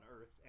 Earth